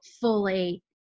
fully